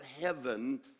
heaven